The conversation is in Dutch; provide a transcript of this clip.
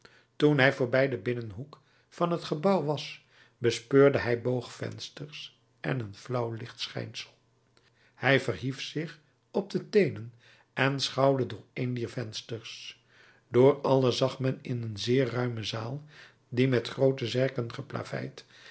toen hij voorbij den binnenhoek van het gebouw was bespeurde hij boogvensters en een flauw lichtschijnsel hij verhief zich op de teenen en schouwde door een dier vensters door alle zag men in een zeer ruime zaal die met groote zerken geplaveid